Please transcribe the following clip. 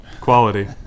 Quality